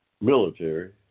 military